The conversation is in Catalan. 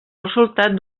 resultat